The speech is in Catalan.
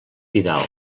vidal